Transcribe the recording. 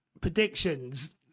predictions